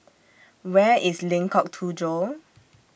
Where IS Lengkok Tujoh